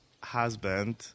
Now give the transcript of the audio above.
husband